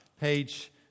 page